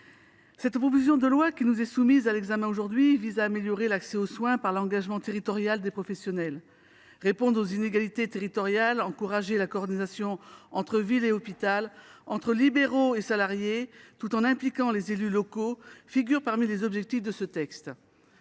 Cette proposition de loi qui est soumise à notre examen aujourd’hui vise à améliorer l’accès aux soins par l’engagement territorial des professionnels. Répondre aux inégalités territoriales, encourager la coordination entre ville et hôpital, entre libéraux et salariés, tout en impliquant les élus locaux : tels sont les objectifs principaux